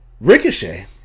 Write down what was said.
Ricochet